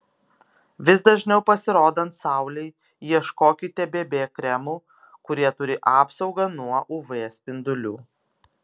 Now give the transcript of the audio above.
vis dažniau pasirodant saulei ieškokite bb kremų kurie turi apsaugą nuo uv spindulių